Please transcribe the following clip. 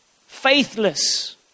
faithless